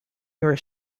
your